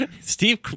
Steve